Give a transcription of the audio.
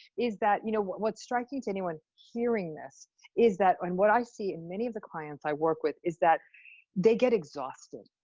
is that you know what's striking to anyone hearing this is that, and what i see in many of the clients i work with, is that they get exhausted.